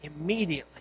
immediately